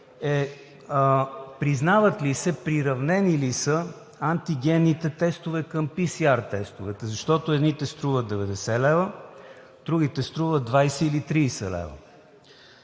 е признават ли се, приравнени ли са антигенните тестове към PСR тестовете, защото едните струват 90 лв., другите струват 20 или 30 лв.?